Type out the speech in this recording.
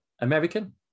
American